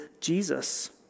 Jesus